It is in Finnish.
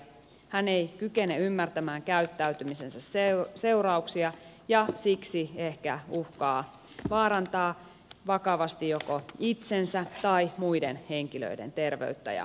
hän ei kykene ymmärtämään käyttäytymisensä seurauksia ja siksi ehkä uhkaa vaarantaa vakavasti joko itsensä tai muiden henkilöiden terveyttä ja turvallisuutta